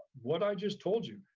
what i just told you,